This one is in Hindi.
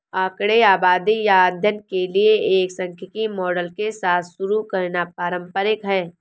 आंकड़े आबादी या अध्ययन के लिए एक सांख्यिकी मॉडल के साथ शुरू करना पारंपरिक है